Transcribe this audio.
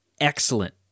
excellent